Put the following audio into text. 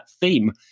theme